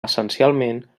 essencialment